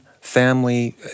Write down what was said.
family